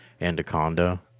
Anaconda